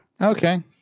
Okay